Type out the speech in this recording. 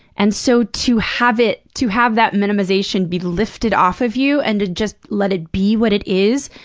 and so to have it to have that minimization be lifted off of you and to just let it be what it is,